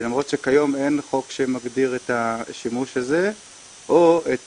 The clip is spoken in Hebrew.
למרות שכיום אין חוק שמגדיר את השימוש הזה או את